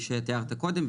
כפי שתיארת קודם,